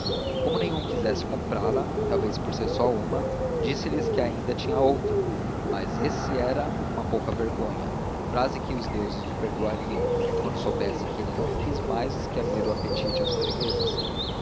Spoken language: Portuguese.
como nenhum quisesse comprá-la talvez por ser só uma disse-lhes que ainda tinha outra mas esse era uma pouca-vergonha frase que os deuses lhe perdoariam quando soubessem que ele não quis mais que abrir o apetite aos fregueses